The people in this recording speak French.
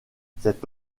cette